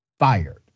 Fired